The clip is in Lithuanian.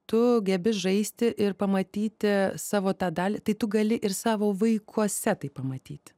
tu gebi žaisti ir pamatyti savo tą dalį tai tu gali ir savo vaikuose tai pamatyti